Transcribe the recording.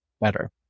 better